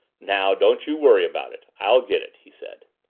now don't you worry about it i'll get it, he said.